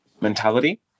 mentality